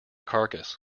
carcass